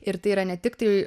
ir tai yra ne tik tai